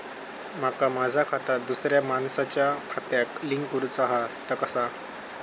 माका माझा खाता दुसऱ्या मानसाच्या खात्याक लिंक करूचा हा ता कसा?